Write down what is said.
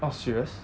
oh serious